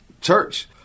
church